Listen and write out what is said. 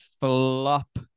flop